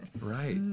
right